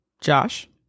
Josh